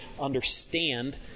understand